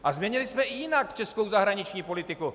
A změnili jsme i jinak českou zahraniční politiku.